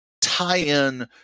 tie-in